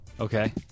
Okay